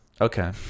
okay